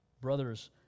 brothers